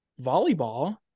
volleyball